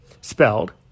spelled